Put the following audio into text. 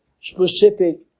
specific